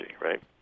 right